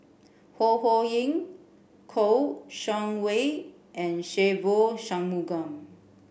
Ho Ho Ying Kouo Shang Wei and Se Ve Shanmugam